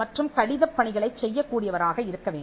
மற்றும் கடிதப் பணிகளைச் செய்யக் கூடியவராக இருக்க வேண்டும்